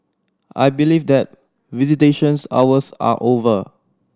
I believe that visitations hours are over